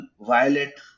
violet